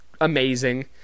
amazing